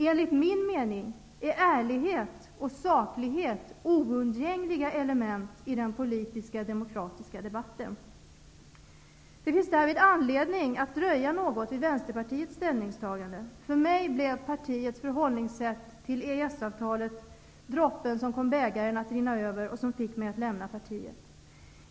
Enligt min mening är ärlighet och saklighet oundgängliga element i den politiska demokratiska debatten. Det finns därvid anledning att dröja något vid Vänsterpartiets ställningstagande. För mig blev partiets förhållningssätt beträffande EES-avtalet droppen som fick bägaren att rinna över och som fick mig att lämna partiet.